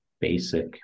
basic